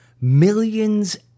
millions